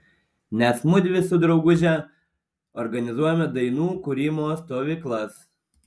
nes mudvi su drauguže organizuojame dainų kūrimo stovyklas